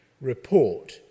report